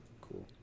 Cool